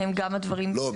הן גם הדברים הכתובים --- לא,